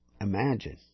imagine